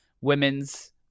women's